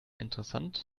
interessant